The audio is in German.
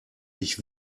ich